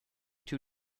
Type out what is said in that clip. two